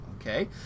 okay